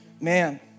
man